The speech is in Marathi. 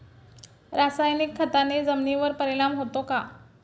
रासायनिक खताने जमिनीवर परिणाम होतो का?